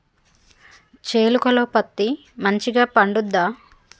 చేలుక లో పత్తి మంచిగా పండుద్దా?